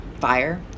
fire